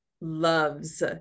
loves